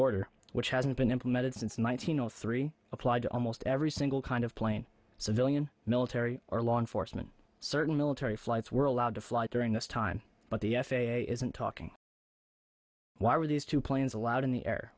order which hasn't been implemented since one thousand or three applied to almost every single kind of plane civilian military or law enforcement certain military flights were allowed to fly during this time but the f a a isn't talking why would these two planes allowed in the air